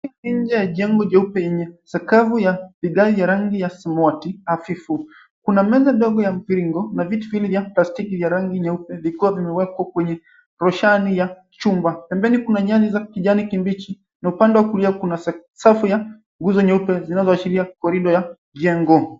Nje ya jengo nyeupe yenye sakafu ya vigae ya rangi ya samoti hafifu. Kuna meza ndogo ya mpirigo na vitu vile vya plastiki vya rangi nyeupe viko vimewekwa kwenye roshani ya chumba. Pembeni kuna nyani za kijani kibichi na upande wa kulia kuna safu ya nguzo nyeupe zinazoashiria korido ya jengo.